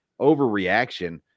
overreaction